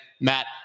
Matt